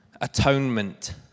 Atonement